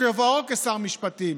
בכובעו כשר משפטים,